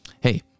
Hey